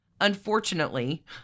unfortunately